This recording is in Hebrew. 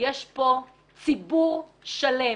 יש פה ציבור שלם